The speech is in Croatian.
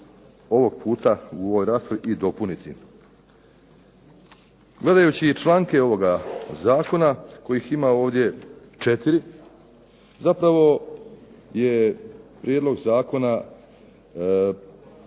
ovog puta u ovoj raspravi i dopuniti. Gledajući članke ovoga Zakona kojih ima 4, zapravo je prijedlog zakona